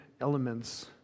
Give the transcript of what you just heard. elements